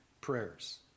prayers